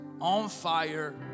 on-fire